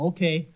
Okay